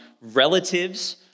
relatives